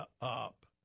up